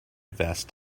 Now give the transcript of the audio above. vest